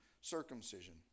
circumcision